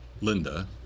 Linda